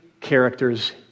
characters